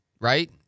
right